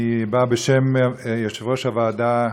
אני בא בשם יושב-ראש הוועדה,